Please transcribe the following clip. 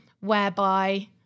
whereby